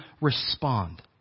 respond